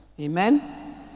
Amen